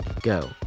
go